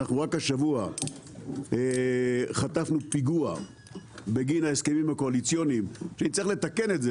רק השבוע חטפנו פיגוע בגין ההסכמים הקואליציוניים שנצטרך לתקן אותם,